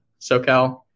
SoCal